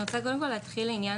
אני רוצה קודם כל להתחיל עם עניין